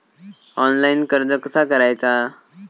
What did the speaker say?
Online कर्ज कसा करायचा?